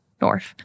north